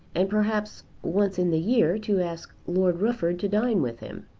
and perhaps once in the year to ask lord rufford to dine with him.